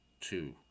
two